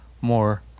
more